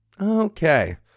Okay